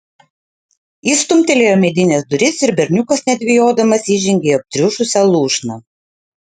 jis stumtelėjo medines duris ir berniukas nedvejodamas įžengė į aptriušusią lūšną